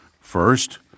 First